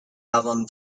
album